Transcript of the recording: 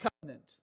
covenant